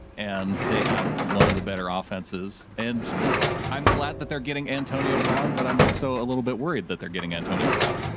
and they have one of the better ah offenses. and i'm glad that they're getting antonio brown, but i'm also a little bit worried that they're getting antonio brown.